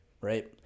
right